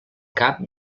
cap